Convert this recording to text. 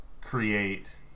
create